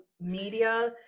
media